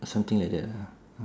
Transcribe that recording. something like that lah